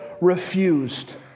refused